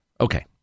Okay